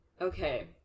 Okay